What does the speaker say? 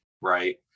right